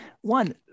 One